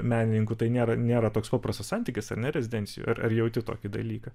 menininkų tai nėra nėra toks paprastas santykis ar ne rezidencijų ar ar jauti tokį dalyką